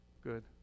Good